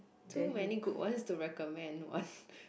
too many good ones to recommend one